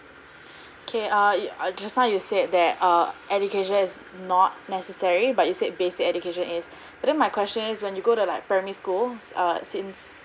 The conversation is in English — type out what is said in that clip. okay err you uh just now you said there err education is not necessary but you said basic education is but then my question is when you go to like primary schools err since